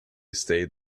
stayed